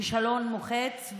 כישלון מוחץ?